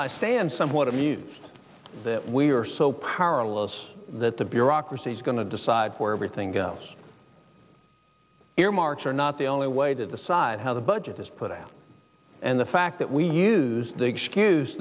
i say i am somewhat amused that we are so powerless that the bureaucracy is going to decide for everything else earmarks are not the only way to decide how the budget is put out and the fact that we use the excuse